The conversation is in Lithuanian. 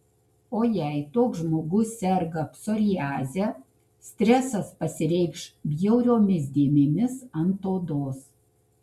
o jei toks žmogus serga psoriaze stresas pasireikš bjauriomis dėmėmis ant odos